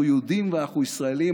אנחנו יהודים ואנחנו ישראלים,